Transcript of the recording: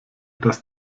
das